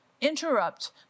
interrupt